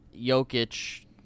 Jokic